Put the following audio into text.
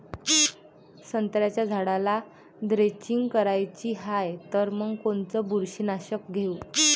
संत्र्याच्या झाडाला द्रेंचींग करायची हाये तर मग कोनच बुरशीनाशक घेऊ?